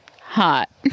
hot